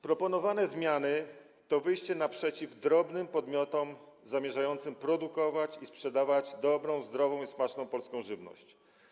Proponowane zmiany to wyjście naprzeciw drobnym podmiotom zamierzającym produkować i sprzedawać dobrą, zdrową i smaczną polską żywność.